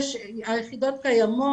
היחידות קיימות,